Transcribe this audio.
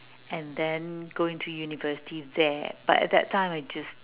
and then go into university there but at that time I just